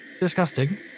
Disgusting